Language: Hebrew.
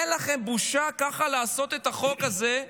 אין לכם בושה ככה לעשות את החוק הזה,